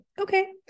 okay